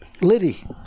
Liddy